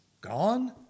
gone